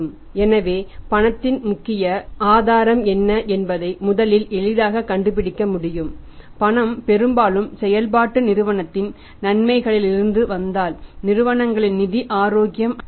எனவே பணத்தின் முக்கிய மூலத்தின் ஆதாரம் என்ன என்பதை முதலில் எளிதாக கண்டுபிடிக்க முடியும் பணம் பெரும்பாலும் செயல்பாட்டு நிறுவனத்தின் நன்மையிலிருந்து வந்தால் நிறுவனங்களின் நிதி ஆரோக்கியம் நல்லது